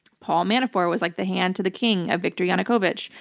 paul manafort was like the hand to the king of viktor yanukovych.